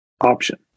option